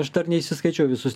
aš dar neįsiskaičiau visus